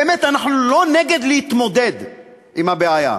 באמת, אנחנו לא נגד התמודדות עם הבעיה.